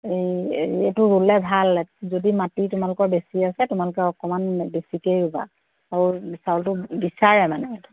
এই এইটো ৰুলে ভাল যদি মাটি তোমালোকৰ বেছি আছে তোমালোকে অকণমান বেছিকৈ ৰুবা আৰু চাউলটো বিচাৰে মানে